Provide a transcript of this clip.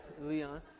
Leon